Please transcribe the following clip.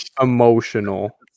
emotional